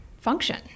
function